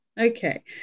Okay